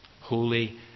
Holy